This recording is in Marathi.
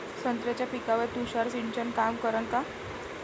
संत्र्याच्या पिकावर तुषार सिंचन काम करन का?